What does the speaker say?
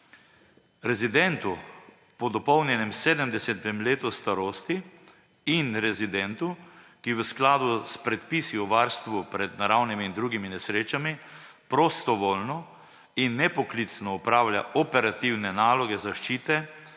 »Rezidentu po dopolnjenem 70. letu starosti in rezidentu, ki v skladu s predpisi o varstvu pred naravnimi in drugimi nesrečami prostovoljno in nepoklicno opravlja operativne naloge zaščite,